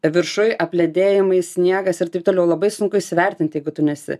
viršuj apledėjimai sniegas ir taip toliau labai sunku įsivertint jeigu tu nesi